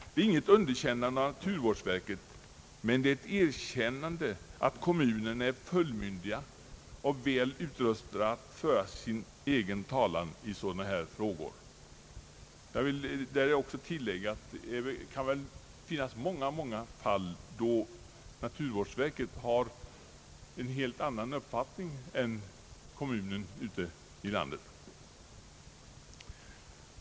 Detta är inget underkännande av naturvårdsverket, men det är uttryck för ett erkännande att kommunerna är fullmyndiga och väl utrustade att föra sin egen talan i dylika frågor. Jag vill tillägga att det kan finnas många fall där naturvårdsverket har en helt annan uppfattning än en kommun ute i landet.